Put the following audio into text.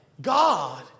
God